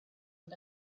and